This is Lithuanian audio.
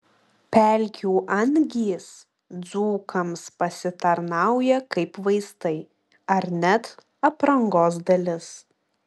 pelkių angys dzūkams pasitarnauja kaip vaistai ar net aprangos dalis